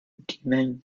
demon